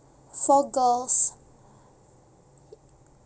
four girls